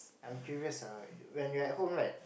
I'm curious ah when you're at home right